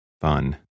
fun